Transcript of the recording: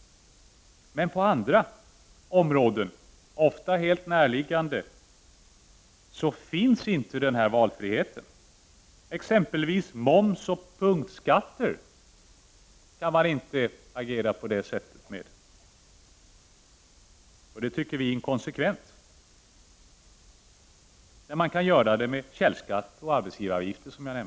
Men på andra, ofta helt närliggande områden finns inte denna valfrihet. Exempelvis när det gäller moms och punktskatter kan man inte agera på det sättet. Det tycker vi är inkonsekvent, när man kan göra det med källskatt och arbetsgivaravgift.